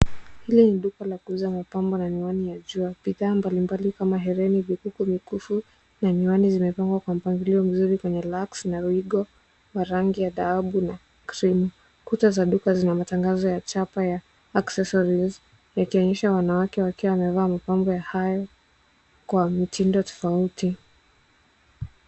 Hili ni duka la kuuza mapambo na miwani ya jua, bidhaa mbalimbali kama hereni, vikuku, mikufu na miwani zimepangwa kwa mpangilio mzuri kwenye racks na uigo wa rangi ya dhahabu na cream . Kuta za duka zina matangazo ya chapa ya Accessories yakionyesha wanawake wakiwa wamevaa mapambo hayo kwa mitindo tofauti.